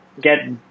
get